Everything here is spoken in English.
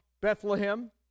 Bethlehem